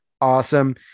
awesome